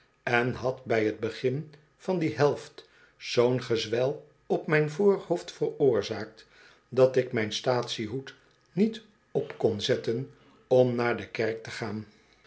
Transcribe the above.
en had bij t begin van die helft zoo'n gezwel op mijn voorhoofd veroorzaakt dat ik mijn statiehoed niet op kon zetten om naar de kerk te gaan